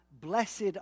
blessed